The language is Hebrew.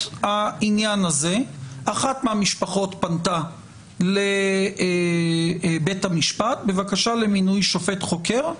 העניין הזה אחת מהמשפחות פנתה לבית המשפט בבקשה למינוי שופט חוקר.